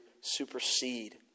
supersede